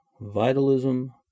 vitalism